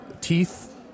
Teeth